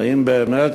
אם באמת,